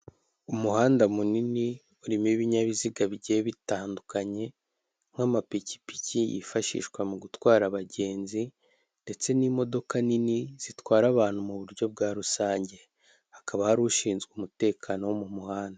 Umuhanda munini urimo ibinyabiziga bigiye bitandukanye nk'amapikipiki yifashishwa mu gutwara abagenzi, ndetse n'imodoka nini zitwara abantu muburyo bwa rusange, hakaba hari ushinzwe umutekano wo mu muhanda.